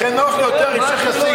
לכן נוח לו יותר עם שיח' יאסין.